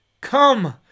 Come